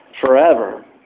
forever